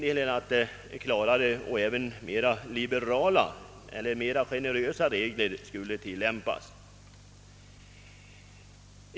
Klarare och mera generösa regler borde tillämpas.